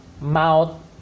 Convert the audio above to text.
mouth